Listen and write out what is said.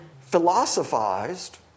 philosophized